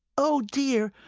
oh, dear,